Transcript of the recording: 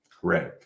Great